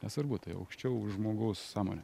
nesvarbu tai aukščiau už žmogaus sąmonę